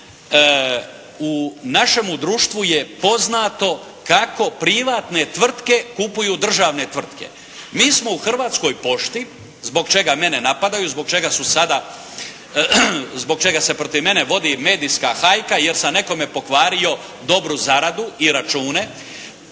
u našemu društvu je poznato kako privatne tvrtke kupuju državne tvrtke. Mi smo u Hrvatskoj pošti zbog čega mene napadaju, zbog čega se protiv mene vodi medijska hajka jer sam nekome pokvario dobru zaradu i račune.